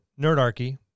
Nerdarchy